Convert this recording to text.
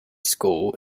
school